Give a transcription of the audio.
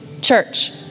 church